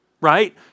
right